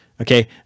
Okay